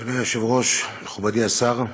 אדוני היושב-ראש, מכובדי השר,